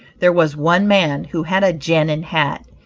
there was one man who had a genin hat,